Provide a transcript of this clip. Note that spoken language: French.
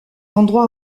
endroit